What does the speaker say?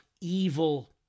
evil